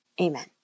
Amen